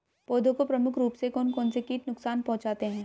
पौधों को प्रमुख रूप से कौन कौन से कीट नुकसान पहुंचाते हैं?